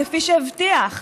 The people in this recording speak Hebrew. כפי שהבטיח.